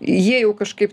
jie jau kažkaip